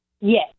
Yes